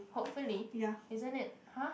hopefully isn't it !huh!